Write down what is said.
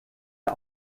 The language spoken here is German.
der